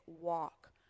walk